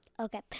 Okay